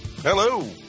Hello